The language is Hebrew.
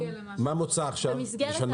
מה מוצע לשנות